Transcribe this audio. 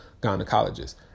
gynecologist